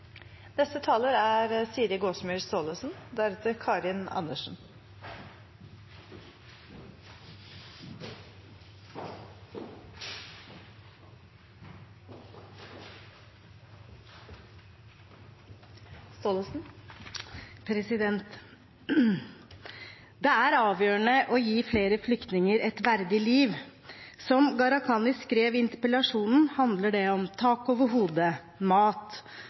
Det er avgjørende å gi flere flyktninger et verdig liv. Som representanten Gharahkhani skriver i interpellasjonen, handler det om tak over hodet, mat,